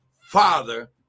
father